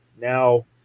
now